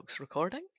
recording